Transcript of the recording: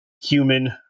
human